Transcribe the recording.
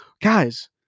Guys